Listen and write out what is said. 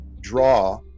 draw